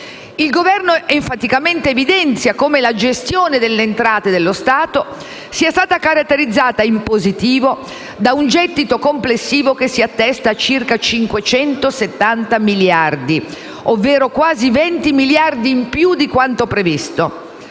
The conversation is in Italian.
Il Governo enfaticamente evidenzia come la gestione delle entrate dello Stato sia stata caratterizzata, in positivo, da un gettito complessivo che si attesta a circa 570 miliardi, ovvero quasi 20 miliardi in più di quanto previsto.